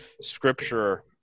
scripture